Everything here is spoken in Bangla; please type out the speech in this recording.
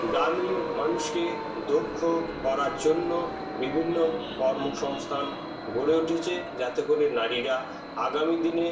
গ্রামীণ মানুষকে দক্ষ করার জন্য বিভিন্ন কর্মসংস্থান গড়ে উঠেছে যাতে করে নারীরা আগামী দিনে